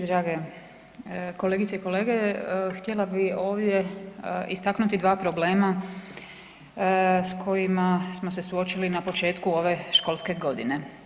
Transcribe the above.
Drage kolegice i kolege htjela bi ovdje istaknuti dva problema s kojima smo se suočili na početku ove školske godine.